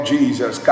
Jesus